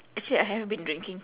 actually I have been drinking